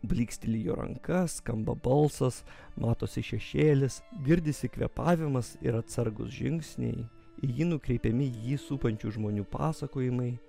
blyksteli jo ranka skamba balsas matosi šešėlis girdisi kvėpavimas ir atsargūs žingsniai į jį nukreipiami jį supančių žmonių pasakojimai